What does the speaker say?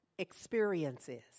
Experiences